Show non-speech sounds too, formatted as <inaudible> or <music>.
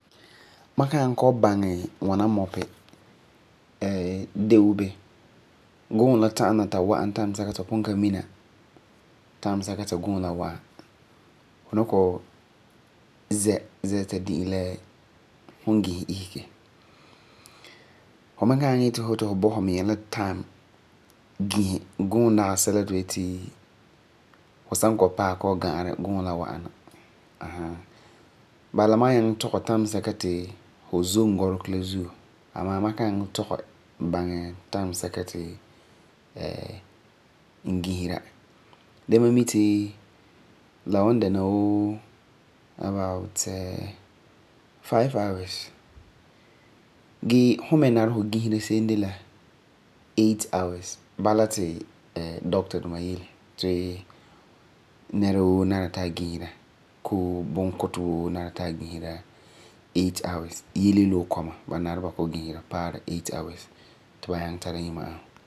Ma kan nyaŋɛ kɔ'ɔm baŋɛ ŋwana mɔpi, <hesitation> de wuu ben, guum ta'am na ta wa'am time sɛka ti fu pugum ka mina time ti guum la wa'am. Fu ni kɔ'ɔm zɛ zɛ ta di'e la fu bisɛ isege. Fu mi kan nyaŋɛ yeti fu yeti to boi fu miŋa la time gise. Guum dagi dagi sɛla ti fu yeti fu san paɛ kɔ'ɔm ga'arɛ guum la wa'am na. Gee fu mi nari fu gisera seem dela eight hours. Bala ti doctor <hesitation> duma yele to nɛra woo nari ti a bisera koo bunkutɛ woo yeleyele wuu kɔma ba nari ba kɔ'ɔm bisera paara eight hours ti ba nyaŋɛ tara imma'asum.